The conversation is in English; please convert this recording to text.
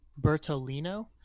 Bertolino